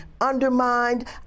undermined